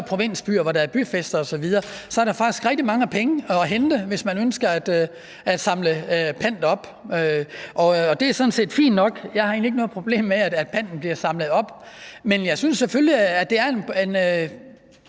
provinsbyer, hvor der er byfester osv., at der faktisk er rigtig mange penge at hente, hvis man ønsker at samle pant op. Og det er sådan set fint nok. Jeg har egentlig ikke noget problem med, at panten bliver samlet op, men jeg synes selvfølgelig, at det er en